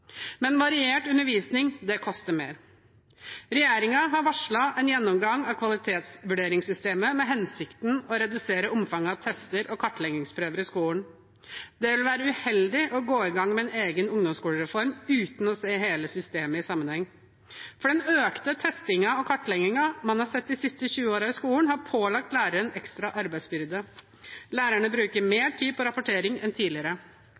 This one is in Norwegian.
Men variert undervisning koster mer. Regjeringen har varslet en gjennomgang av kvalitetsvurderingssystemet med hensikten å redusere omfanget av tester og kartleggingsprøver i skolen. Det vil være uheldig å gå i gang med en egen ungdomsskolereform uten å se hele systemet i sammenheng, for den økte testingen og kartleggingen man har sett de siste 20 årene i skolen, har pålagt lærerne en ekstra arbeidsbyrde. Lærerne bruker mer tid på rapportering enn tidligere.